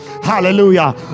Hallelujah